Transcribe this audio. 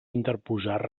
interposar